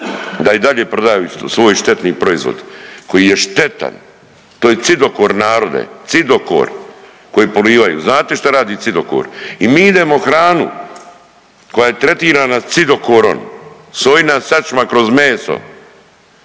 da i dalje prodaju svoj štetni proizvod, koji je štetan, to je cidokor narode, cidokor koji polivaju, znate šta radi cidokor i mi idemo hranu koja je tretirana cidokoron, sojina sačma kroz meso,